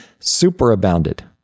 superabounded